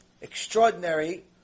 extraordinary